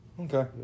okay